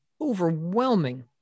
overwhelming